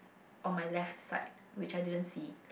on my left side which I didn't see